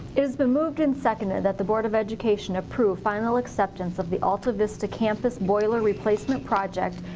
it has been moved and seconded that the board of education approve final acceptance of the alta vista campus boiler replacement project.